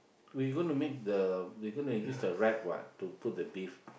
we gonna make the we gonna use the wrap what to put the beef